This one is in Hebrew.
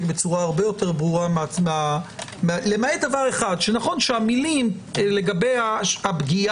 בצורה הרבה יותר ברורה למעט דבר אחד נכון שהמילים לגבי הפגיעה,